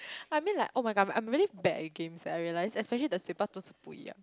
I mean like [oh]-my-god I'm really bad at games I realise especially the